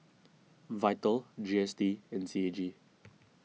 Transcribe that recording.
Vital G S T and C A G